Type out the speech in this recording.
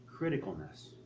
criticalness